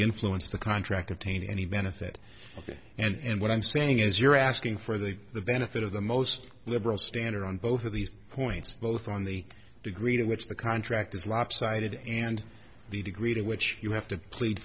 influence the contract attain any benefit ok and what i'm saying is you're asking for the benefit of the most liberal standard on both of these points both on the degree to which the contract is lopsided and the degree to which you have to plead